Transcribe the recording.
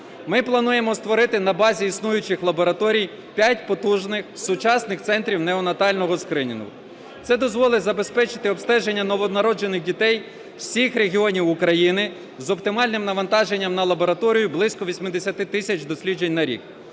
Ми плануємо створити на базі існуючих лабораторій п'ять потужних сучасних центрів неонатального скринінгу. Це дозволить забезпечити обстеження новонароджених дітей всіх регіонів України з оптимальним навантаженням на лабораторію – близько 80 тисяч досліджень на рік.